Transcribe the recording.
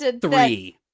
three